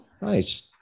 Nice